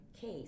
case